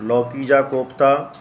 लौकी जा कोफ़्ता